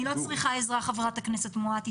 אני לא צריכה עזרה, חברת הכנסת מואטי.